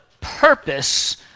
purpose